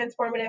transformative